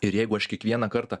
ir jeigu aš kiekvieną kartą